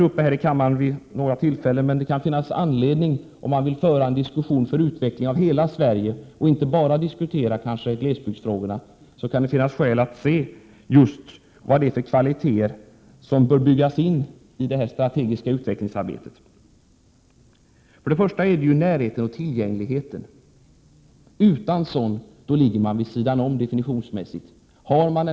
Om man vill föra en diskussion om utveckling för hela Sverige och inte bara diskutera glesbygdsfrågorna, kan det finnas skäl att se vad det är för kvaliteter som bör byggas in i det strategiska utvecklingsarbetet. Först och främst är det närhet och tillgänglighet som är viktigt. Utan tillgänglighet ligger man definitionsmässigt vid sidan om.